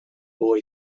boy